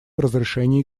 разрешении